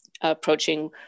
approaching